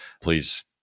please